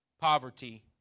poverty